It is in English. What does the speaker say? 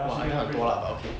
!wah! 还有很多啦 but okay